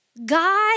God